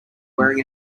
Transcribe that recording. wearing